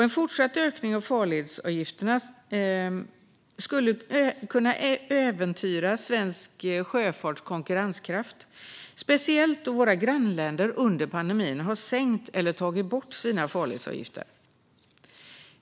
En fortsatt ökning av farledsavgifterna skulle kunna äventyra svensk sjöfarts konkurrenskraft, speciellt då våra grannländer under pandemin har sänkt eller tagit bort sina farledsavgifter.